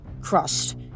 Crust